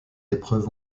épreuves